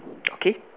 K